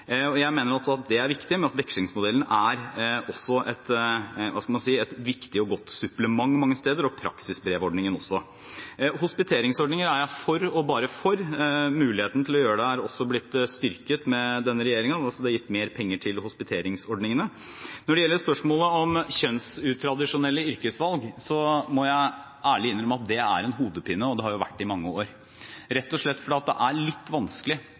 Jeg mener også at det er viktig, men at vekslingsmodellen er et viktig og godt supplement mange steder, praksisbrevordningen også. Hospiteringsordninger er jeg for og bare for. Muligheten til å gjøre det er også blitt styrket med denne regjeringen – det er gitt mer penger til hospiteringsordningene. Når det gjelder spørsmålet om kjønnsutradisjonelle yrkesvalg, må jeg ærlig innrømme at det er en hodepine, og det har det vært i mange år, rett og slett fordi det er litt vanskelig